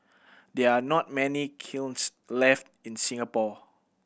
there are not many kilns left in Singapore